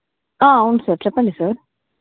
అవును సార్ చెప్పండి సార్